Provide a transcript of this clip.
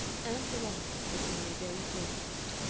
ann veronica was in their very forefront.